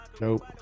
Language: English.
Nope